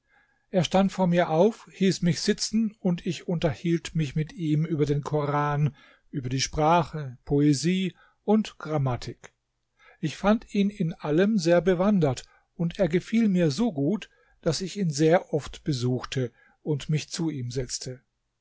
er stand vor mir auf hieß mich sitzen und ich unterhielt mich mit ihm über den koran über die sprache poesie und grammatik ich fand ihn in allem sehr bewandert und er gefiel mir so gut daß ich ihn sehr oft besuchte und mich zu ihm setzte